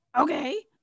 Okay